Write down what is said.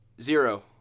zero